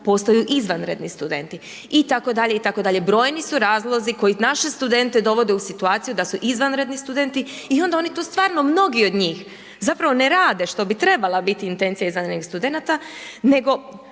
postaju izvanredni studenti itd. Brojni su razlozi koje naše studente dovode u situaciju da su izvanredni studenti i onda oni tu stvarno mnogi od njih zapravo ne rade što bi trebala biti intencija izvanrednih studenata,